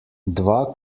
dva